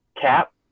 cap